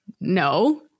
No